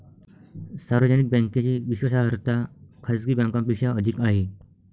सार्वजनिक बँकेची विश्वासार्हता खाजगी बँकांपेक्षा अधिक आहे